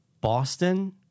Boston